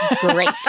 great